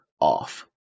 off